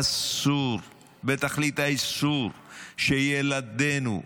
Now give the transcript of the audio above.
אסור בתכלית האיסור שילדינו,